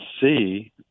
see